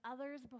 others